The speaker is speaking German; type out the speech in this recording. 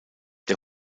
der